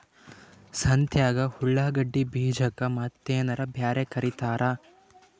ಸಂತ್ಯಾಗ ಉಳ್ಳಾಗಡ್ಡಿ ಬೀಜಕ್ಕ ಮತ್ತೇನರ ಬ್ಯಾರೆ ಕರಿತಾರ?